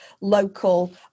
local